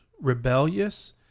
rebellious